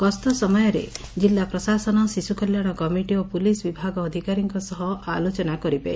ଗସ୍ତ ସମୟରେ ଜିଲ୍ଲା ପ୍ରଶାସନ ଶିଶୁ କଲ୍ୟାଣ କମିଟି ଓ ପୁଲିସ୍ ବିଭାଗ ଅଧିକାରୀଙ୍କ ସହ ଆଲୋଚନା କରିବେ